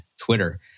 Twitter